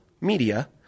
Media